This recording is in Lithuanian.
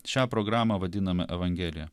šią programą vadiname evangelija